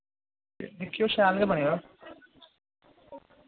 दिक्खेओ शैल गै बनाएओ